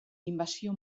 inbasio